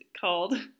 called